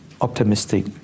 optimistic